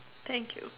thank you